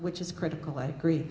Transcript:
which is critical i agree